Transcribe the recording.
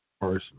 person